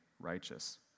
righteous